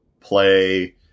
play